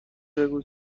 بگو